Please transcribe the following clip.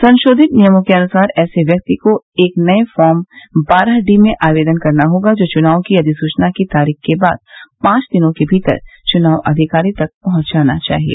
संशोधित नियमों के अनुसार ऐसे व्यक्ति को एक नए फार्म बारह डी में आवेदन करना होगा जो चुनाव की अधिसूचना की तारीख के बाद पांच दिनों के भीतर चुनाव अधिकारी तक पहुंच जाना चाहिए